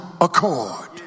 accord